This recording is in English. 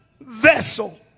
vessel